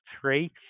three